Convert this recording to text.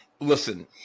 listen